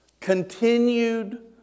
continued